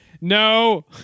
No